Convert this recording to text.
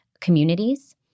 communities